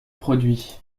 produits